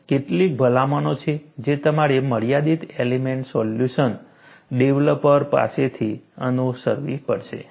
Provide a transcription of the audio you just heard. તેથી કેટલીક ભલામણો છે જે તમારે મર્યાદિત એલિમેન્ટ સોલ્યુશન ડેવલપર પાસેથી અનુસરવી પડશે